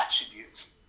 attributes